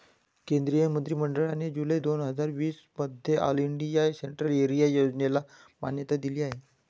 केंद्रीय मंत्रि मंडळाने जुलै दोन हजार वीस मध्ये ऑल इंडिया सेंट्रल एरिया योजनेला मान्यता दिली आहे